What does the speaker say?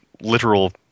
literal